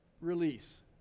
release